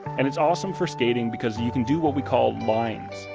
and it's awesome for skating because you can do what we called lines,